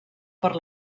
per